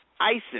ISIS